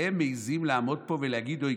ואתם מעיזים לעמוד פה ולהגיד: 'הו,